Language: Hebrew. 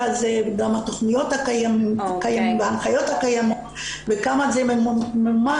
הזה וגם התכניות הקיימות וההנחיות הקיימות וכמה זה ממומש,